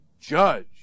judge